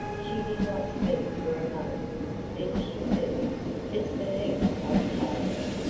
she did not speak for a moment then she said it's the heat i'm tired of.